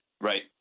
Right